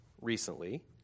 recently